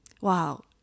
Wow